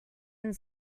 and